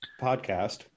podcast